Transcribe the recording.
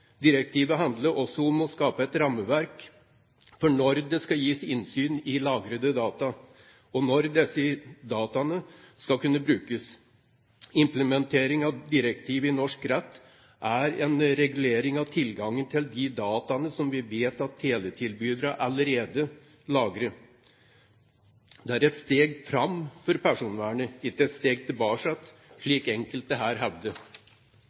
Direktivet handler også om å skape et rammeverk for når det skal gis innsyn i lagrede data og når disse dataene skal kunne brukes. Implementering av direktivet i norsk rett er en regulering av tilgangen til de dataene som vi vet at teletilbyderne allerede lagrer. Det er et steg fram for personvernet, ikke et steg tilbake,